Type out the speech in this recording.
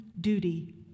duty